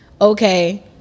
okay